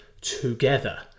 together